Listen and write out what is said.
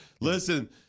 Listen